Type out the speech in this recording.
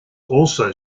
also